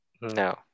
No